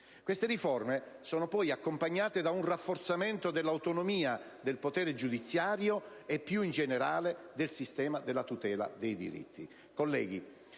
Queste riforme sono poi accompagnate da un rafforzamento dell'autonomia del potere giudiziario e, più in generale, del sistema della tutela dei diritti.